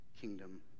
kingdom